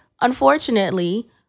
unfortunately